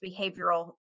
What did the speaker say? behavioral